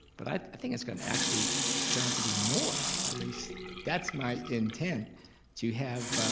but i think it's gonna actually turn out to be more. at least that's my intent to have,